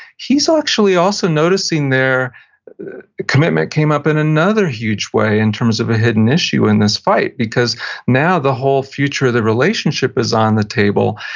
he's actually also noticing there commitment came up in another huge way in terms of a hidden issue in this fight, because now the whole future of the relationship is on the table.